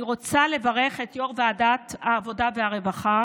אני רוצה לברך את יו"ר ועדת העבודה והרווחה